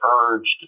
urged